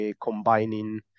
combining